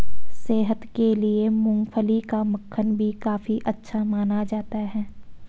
सेहत के लिए मूँगफली का मक्खन भी काफी अच्छा माना जाता है